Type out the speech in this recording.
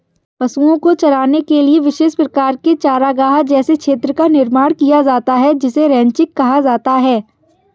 पशुओं को चराने के लिए विशेष प्रकार के चारागाह जैसे क्षेत्र का निर्माण किया जाता है जिसे रैंचिंग कहा जाता है